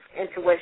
intuition